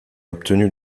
obtenu